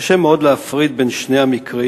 קשה מאוד להפריד בין שני המקרים.